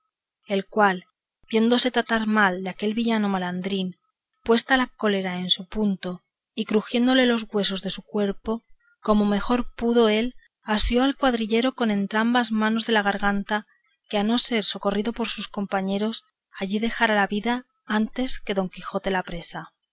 el cual viéndose tratar mal de aquel villano malandrín puesta la cólera en su punto y crujiéndole los huesos de su cuerpo como mejor pudo él asió al cuadrillero con entrambas manos de la garganta que a no ser socorrido de sus compañeros allí dejara la vida antes que don quijote la presa